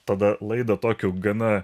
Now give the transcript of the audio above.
tada laidą tokiu gana